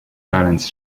balance